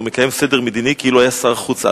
והוא מקיים סדר מדיני כאילו היה שר-חוץ-על.